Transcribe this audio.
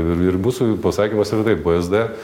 ir ir bus pasakymas yra taip vsd